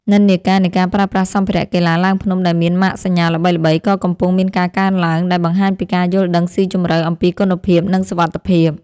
និន្នាការនៃការប្រើប្រាស់សម្ភារៈកីឡាឡើងភ្នំដែលមានម៉ាកសញ្ញាល្បីៗ ក៏កំពុងមានការកើនឡើងដែលបង្ហាញពីការយល់ដឹងស៊ីជម្រៅអំពីគុណភាព និងសុវត្ថិភាព។